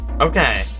Okay